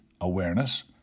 awareness